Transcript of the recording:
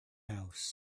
house